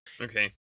Okay